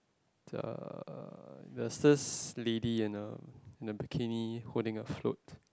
it's a a there's this lady in a in a bikini holding a float